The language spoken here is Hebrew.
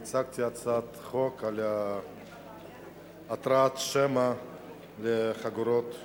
הצעת חוק על התרעת שמע לחגורות בטיחות.